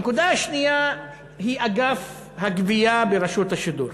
הנקודה השנייה היא אגף הגבייה ברשות השידור.